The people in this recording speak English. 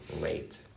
late